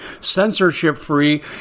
censorship-free